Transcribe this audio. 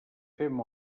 fem